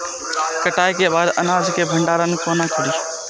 कटाई के बाद अनाज के भंडारण कोना करी?